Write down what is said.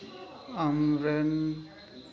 ᱟᱢ ᱨᱮᱱ